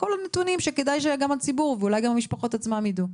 כל הנתונים שכדאי שגם הציבור ואולי גם המשפחות עצמן ידעו.